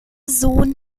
sohn